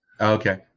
Okay